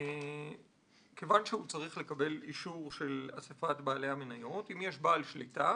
אם יש בעל שליטה,